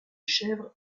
chèvres